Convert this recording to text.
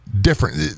different